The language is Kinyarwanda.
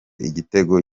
igitego